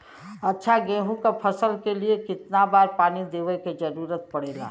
अच्छा गेहूँ क फसल के लिए कितना बार पानी देवे क जरूरत पड़ेला?